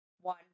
one